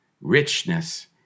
richness